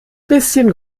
bisschen